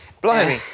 Blimey